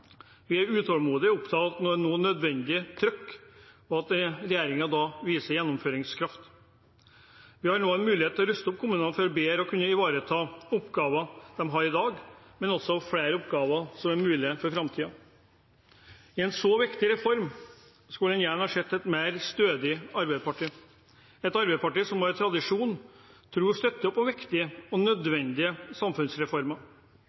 Vi er utålmodige og opptatt av å få det nødvendige trykk og at regjeringen viser gjennomføringskraft. Vi har nå en mulighet til å ruste opp kommunene for bedre å kunne ivareta oppgaver de har i dag, men også flere mulige oppgaver i framtiden. I en så viktig reform skulle en gjerne ha sett et mer stødig Arbeiderparti, et Arbeiderparti som har tradisjon for å støtte opp om viktige og nødvendige samfunnsreformer,